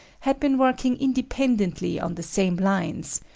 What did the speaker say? had been working independently on the same lines,